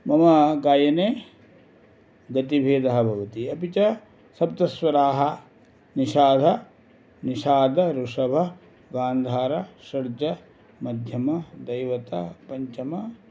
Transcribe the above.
मम गायने गतिभेदः भवति अपि च सप्तस्वराः निषाद निषाद ऋषभ गान्धार षड्ज मध्यम दैवत पञ्चम